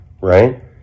right